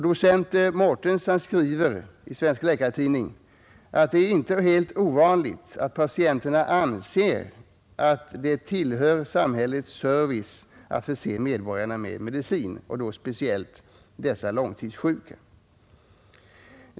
Docent Mårtens skriver i Svensk Läkartidning att det inte är helt ovanligt att patienterna anser att det tillhör samhällets service att förse medborgarna med medicin och då speciellt för långtidssjuka.